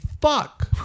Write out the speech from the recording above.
fuck